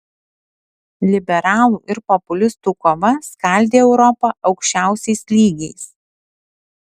liberalų ir populistų kova skaldė europą aukščiausiais lygiais